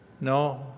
no